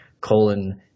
colon